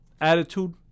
attitude